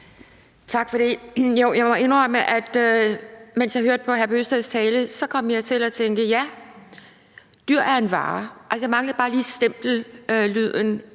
Tak for det. Jeg må indrømme, at jeg, mens jeg hørte på hr. Kristian Bøgsteds tale, kom til at tænke, at ja, dyr er en vare. Altså, jeg manglede bare lige stempellyden.